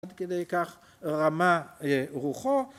עד כדי כך רמה רוחו